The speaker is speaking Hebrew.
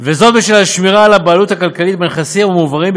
וזאת בשל השמירה על הבעלות הכלכלית בנכסים המועברים.